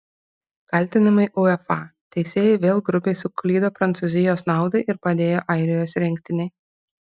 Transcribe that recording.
kaltinimai uefa teisėjai vėl grubiai suklydo prancūzijos naudai ir padėjo airijos rinktinei